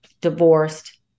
divorced